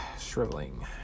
Shriveling